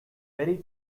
very